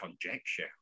conjecture